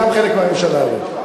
אני גם חלק מהממשלה הזו,